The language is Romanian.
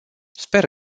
sper